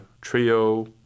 trio